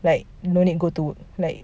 like no need go to work like